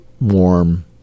warm